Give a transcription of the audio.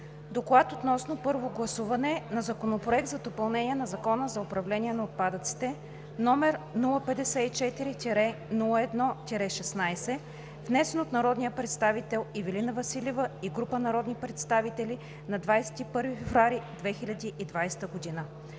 „ДОКЛАД относно първо гласуване на Законопроект за допълнение на Закона за управление на отпадъците, № 054-01-16, внесен от народния представител Ивелина Василева и група народни представители на 21 февруари 2020 г.